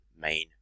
Main